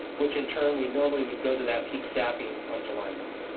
which in turn we normally would go to that peak staffing on july one.